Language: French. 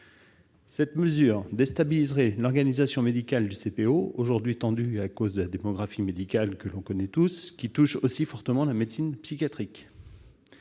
Cette mesure déstabiliserait l'organisation médicale du CPO, aujourd'hui tendue à cause de la situation de la démographie médicale que nous connaissons tous, qui touche aussi fortement la médecine psychiatrique.